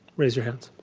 raise your hands.